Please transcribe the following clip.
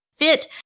fit